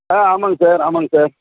ஆ ஆமாங்க சார் ஆமாங்க சார்